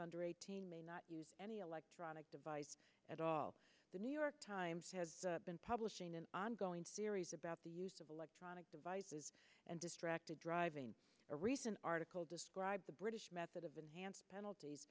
under eighteen may not use any electronic device at all the new york times has been publishing an ongoing series about the use of electronic devices and distracted driving a recent article described the british method of enhanced penalties